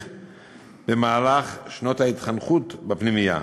בשנות ההתחנכות בפנימייה.